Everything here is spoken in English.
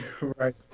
Right